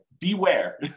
beware